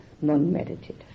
non-meditative